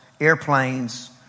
airplanes